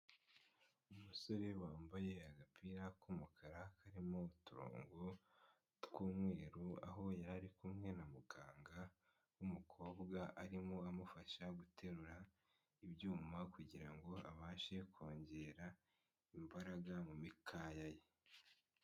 Umusore wambaye agapira k'umukara karimo uturongo tw'umweru aho yari ari kumwe na muganga w'umukobwa arimo amufasha guterura ibyuma kugira ngo abashe kongera imbaraga mu mikaya ye.